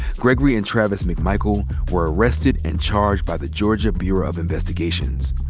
gregory and travis mcmichael were arrested and charged by the georgia bureau of investigations.